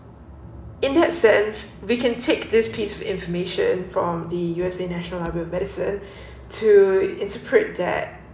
in that sense we can take this piece of information from the U_S_A national library of medicine to interpret that